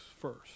first